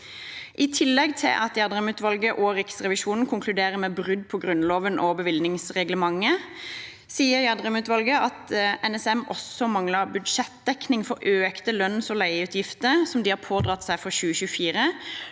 I tillegg til at Gjedrem-utvalget og Riksrevisjonen konkluderer med brudd på Grunnloven og bevilgningsreglementet, sier Gjedrem-utvalget at NSM også manglet budsjettdekning for økte lønns- og leieutgifter som de har pådratt seg for 2024,